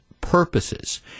purposes